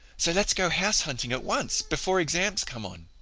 so let's go house-hunting at once, before exams come on.